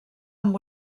amb